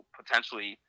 potentially